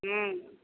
हुँ